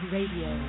Radio